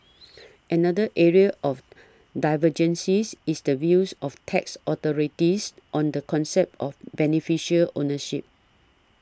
another area of divergences is the views of tax authorities on the concept of beneficial ownership